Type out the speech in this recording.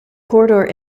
corridor